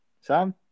Sam